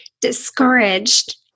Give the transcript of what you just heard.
discouraged